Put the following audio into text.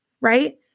right